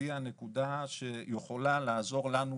והיא הנקודה שיכולה לעזור לנו,